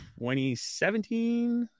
2017